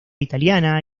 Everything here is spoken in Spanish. italiana